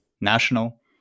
national